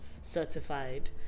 certified